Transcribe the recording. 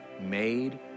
made